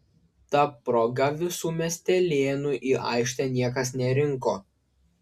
ta proga visų miestelėnų į aikštę niekas nerinko